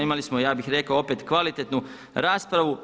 Imali smo ja bih rekao opet kvalitetnu raspravu.